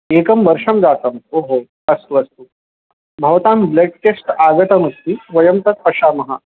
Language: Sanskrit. एकं वर्षं जातम् ओ हो अस्तु अस्तु भवतां ब्लड् टेस्ट् आगतमस्ति वयं तत् पश्यामः